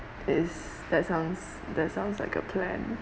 is that sounds that sounds like a plan